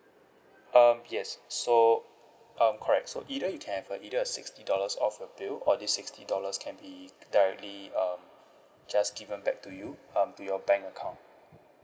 um yes so um correct so either you can have uh either a sixty dollars off your bill or this sixty dollars can be directly um just given back to you um to your bank account